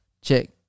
check